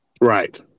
Right